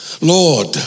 Lord